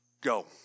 go